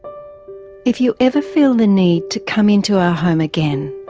if you ever feel the need to come into our home again,